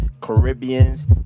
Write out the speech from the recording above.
caribbeans